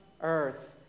earth